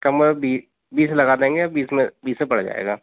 B बीस लगा देंगे बीस में बीस में पड़ जाएगा